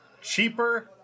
Cheaper